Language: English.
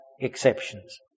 exceptions